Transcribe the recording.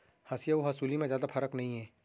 हँसिया अउ हँसुली म जादा फरक नइये